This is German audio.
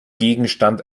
gegenstand